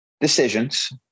decisions